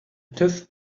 tüv